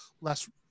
less